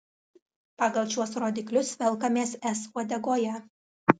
pagal šiuos rodiklius velkamės es uodegoje